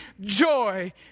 joy